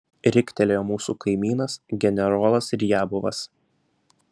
riktelėjo mūsų kaimynas generolas riabovas